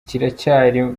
kiracyari